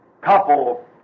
couple